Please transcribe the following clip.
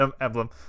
emblem